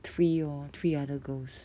three lor three other girls